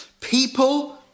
People